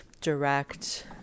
direct